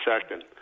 second